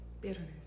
bitterness